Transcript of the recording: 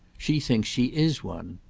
she thinks she is one.